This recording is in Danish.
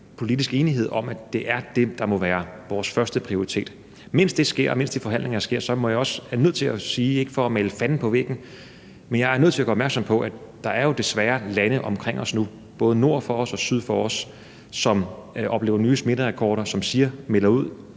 politisk enighed om, at det er det, der må være vores førsteprioritet. Mens det sker, og mens de forhandlinger sker, er jeg også, ikke for at male fanden på væggen, nødt til at gøre opmærksom på, at der jo desværre er lande omkring os nu, både nord for os og syd for os, som oplever nye smitterekorder, som, mens vi